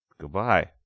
Goodbye